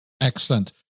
Excellent